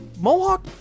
Mohawk